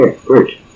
great